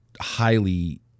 highly